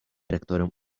rektorem